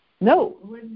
No